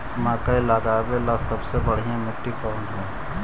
मकई लगावेला सबसे बढ़िया मिट्टी कौन हैइ?